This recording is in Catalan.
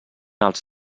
als